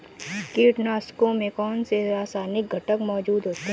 कीटनाशकों में कौनसे रासायनिक घटक मौजूद होते हैं?